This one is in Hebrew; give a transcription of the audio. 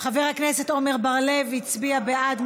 חבר הכנסת עמר בר-לב הצביע בעד,